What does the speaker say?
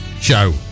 show